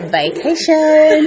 vacation